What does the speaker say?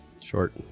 short